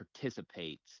participates